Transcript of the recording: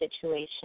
situation